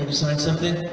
sign something?